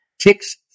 Ticks